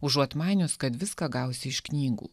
užuot manius kad viską gausi iš knygų